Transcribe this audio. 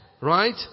Right